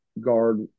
guard